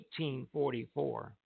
1844